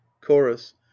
chorus